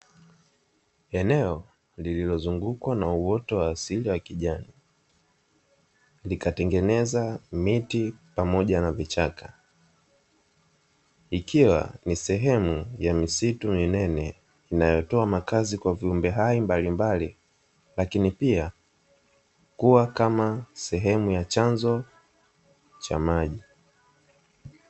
Eneo lililozungukwa na uoto wa asili wa kijani likatengeneza miti pamoja na vichaka. Ikiwa ni sehemu ya misitu minene inayotoa makazi kwa viumbe hai mbalimbali, lakini pia kuwa kama sehemu ya chanzo cha maji.